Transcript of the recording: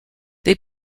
they